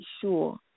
sure